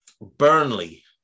Burnley